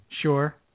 Sure